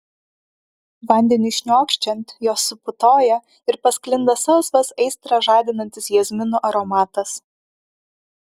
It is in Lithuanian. vandeniui šniokščiant jos suputoja ir pasklinda salsvas aistrą žadinantis jazminų aromatas